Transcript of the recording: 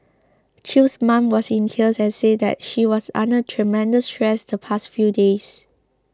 Chew's mom was in tears and said that she was under tremendous stress the past few days